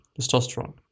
testosterone